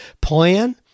plan